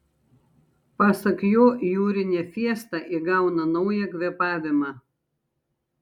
pasak jo jūrinė fiesta įgauna naują kvėpavimą